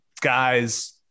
guys